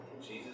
Jesus